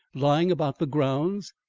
lying about the grounds?